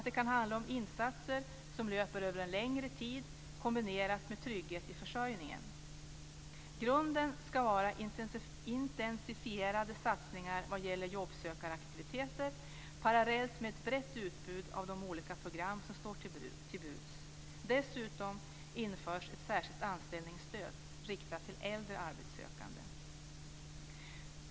Det kan handla om insatser som löper över en längre tid, i kombination med trygghet i försörjningen. Grunden ska vara intensifierade satsningar vad gäller jobbsökaraktiviteter, parallellt med ett brett utbud av de olika program som står till buds. Dessutom införs ett särskilt anställningsstöd riktat till äldre arbetssökande.